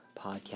podcast